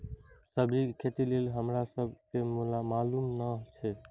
सब्जी के खेती लेल हमरा सब के मालुम न एछ?